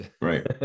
right